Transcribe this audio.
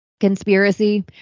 conspiracy